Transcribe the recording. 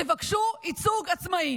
תבקשו ייצוג עצמאי.